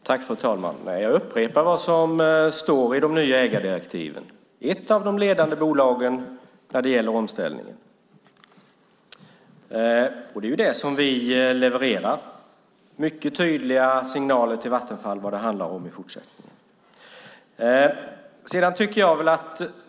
Fru talman! Jag upprepar vad som står i de nya ägardirektiven: Vattenfall ska vara ett av de ledande bolagen när det gäller omställningen. Det är det som vi levererar. Det ges mycket tydliga signaler till Vattenfall om vad det handlar om i fortsättningen.